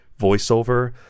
voiceover